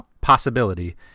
possibility